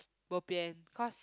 bo pian cause